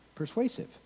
persuasive